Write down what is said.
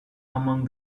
among